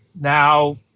Now